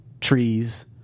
trees